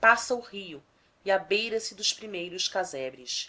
passa o rio e abeira se dos primeiros casebres